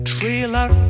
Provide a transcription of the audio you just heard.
Trailer